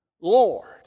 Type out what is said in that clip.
Lord